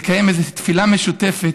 נקיים איזו תפילה משותפת,